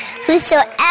whosoever